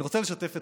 אני רוצה לשתף אתכם.